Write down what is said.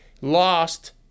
lost